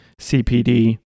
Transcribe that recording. CPD